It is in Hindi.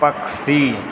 पक्षी